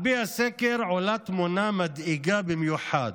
בסקר עולה תמונה מדאיגה במיוחד: